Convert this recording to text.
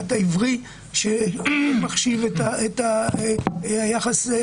כולם חושבים, אבל השאלה היא באיזה